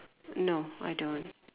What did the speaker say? no I don't